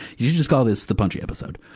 you should just call this the punchy episode.